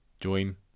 join